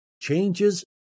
changes